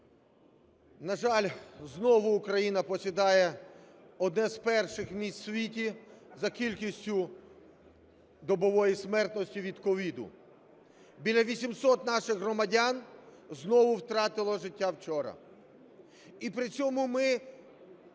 На жаль, знову Україна посідає одне з перших місць у світі за кількістю добової смертності від COVID. Біля 800 наших громадян знову втратили життя вчора. І при цьому ми